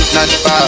95